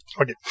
okay